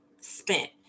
spent